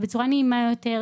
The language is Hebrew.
בצורה נעימה יותר,